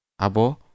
Abo